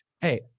Hey